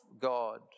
God